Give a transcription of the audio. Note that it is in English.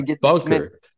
bunker